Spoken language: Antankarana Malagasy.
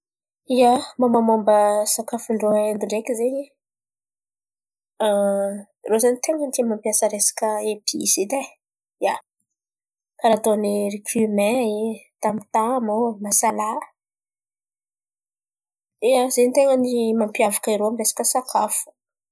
Ia, momba momba sakafo ndrô Aindy ndreky zen̈y, irô zen̈y ten̈a tia mampiasa resaka Episy edy e! Ia, karà atôny rikimay tamotamo, nasala, ia, zen̈y ten̈a ny mampiavaka irô resaka sakafo.